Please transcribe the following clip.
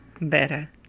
better